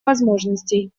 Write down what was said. возможностей